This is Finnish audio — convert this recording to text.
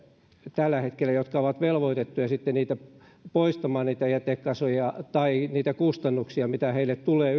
tällä hetkellä velvoitettuja sitten poistamaan niitä jätekasoja pois niitä ylimääräisiä kustannuksia mitä heille tulee